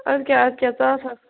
ادٕ کیاہ ادٕ کیاہ ژٕ آسہَکھ